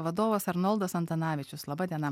vadovas arnoldas antanavičius laba diena